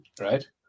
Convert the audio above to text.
right